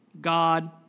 God